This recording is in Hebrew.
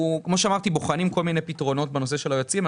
אנחנו בוחנים כל מיני פתרונות בנושא של היועצים.